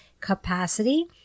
capacity